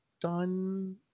done